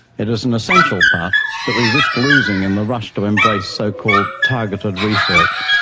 it is an essential part that we risk losing in the rush to embrace so-called targeted research.